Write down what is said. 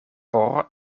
por